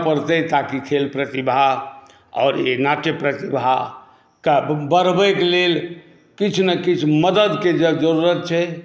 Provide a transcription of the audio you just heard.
आनए परतै ताकि खेल प्रतिभा आओर ई नाट्य प्रतिभाक बढ़बैक लेल किछु ने किछु मदतिके ज़रूरत छै